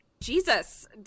Jesus